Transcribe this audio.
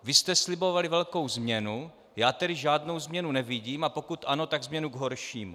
Vy jste slibovali velkou změnu, já tedy žádnou změnu nevidím, a pokud ano, tak změnu k horšímu.